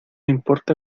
importa